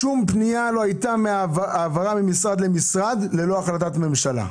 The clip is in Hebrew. אף פנייה לא הייתה העברה ממשרד למשרד ללא החלטת ממשלה.